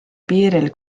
piiril